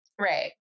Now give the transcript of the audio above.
Right